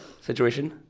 situation